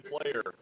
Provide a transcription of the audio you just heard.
player